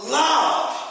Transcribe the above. love